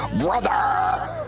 Brother